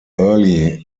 early